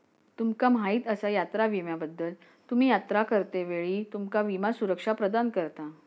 तुमका माहीत आसा यात्रा विम्याबद्दल?, तुम्ही यात्रा करतेवेळी तुमका विमा सुरक्षा प्रदान करता